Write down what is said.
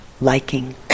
liking